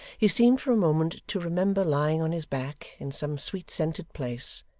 he seemed, for a moment, to remember lying on his back in some sweet-scented place,